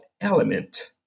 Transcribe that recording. Element